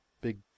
big